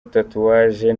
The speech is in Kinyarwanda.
tatouage